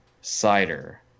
cider